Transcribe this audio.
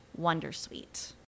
Wondersuite